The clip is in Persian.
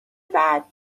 بعد